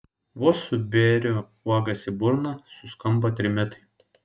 vos suberiu uogas į burną suskamba trimitai